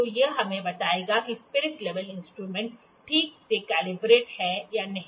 तो यह हमें बताएगा कि स्पिरिट लेवल इंस्ट्रूमेंट ठीक से कैलिब्रेटेड है या नहीं